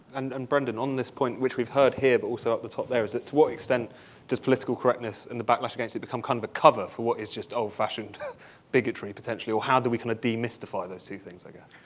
and and, brendan, on this point, which we've heard here, but also at the top there is to what extent does political correctness and the backlash against it become kind of a cover for what is just old-fashioned bigotry potentially, or how do we kind of de-mystify those two things, i guess.